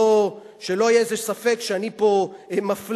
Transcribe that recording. שלא יהיה איזה ספק שאני פה מפלה,